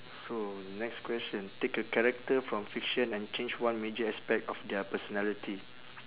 so next question take a character from fiction and change one major aspect of their personality